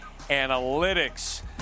analytics